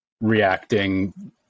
reacting